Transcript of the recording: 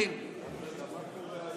מה קורה היום?